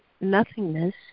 nothingness